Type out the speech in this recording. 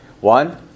One